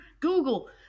Google